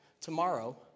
tomorrow